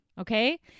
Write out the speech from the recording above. Okay